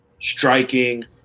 Striking